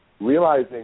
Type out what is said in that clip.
realizing